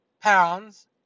pounds